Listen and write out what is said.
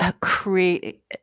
create